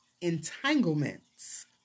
entanglements